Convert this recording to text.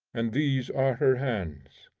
and these are her hands.